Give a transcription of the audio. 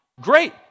great